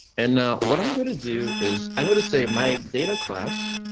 and now what i'm going to do is i'm going to save my data class.